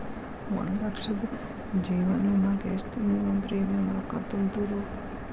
ಒಂದ್ ಲಕ್ಷದ ಜೇವನ ವಿಮಾಕ್ಕ ಎಷ್ಟ ತಿಂಗಳಿಗೊಮ್ಮೆ ಪ್ರೇಮಿಯಂ ರೊಕ್ಕಾ ತುಂತುರು?